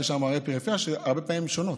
שיש שם ערי הפריפריה שהרבה פעמים הן שונות.